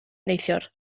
neithiwr